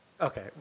Okay